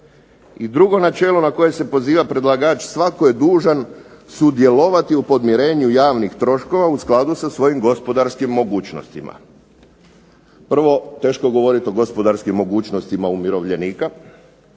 I drugo načelo na koje se poziva predlagač, svatko je dužan sudjelovati u podmirenju javnih troškova u skladu sa svojim gospodarskim mogućnostima. Prvo, teško je govoriti o gospodarskim mogućnostima umirovljenika.